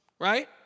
Right